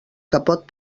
capot